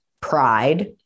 pride